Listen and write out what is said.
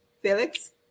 felix